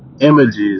images